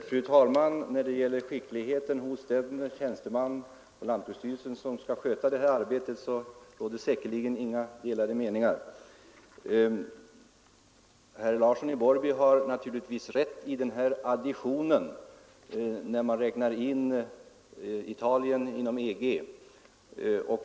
Fru talman! Det råder säkerligen inte delade meningar om skickligheten hos den tjänsteman på lantbruksstyrelsen som skall sköta detta arbete. Herr Larsson i Borrby adderar naturligtvis rätt när han räknar Italien till EG.